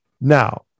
now